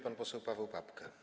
Pan poseł Paweł Papke.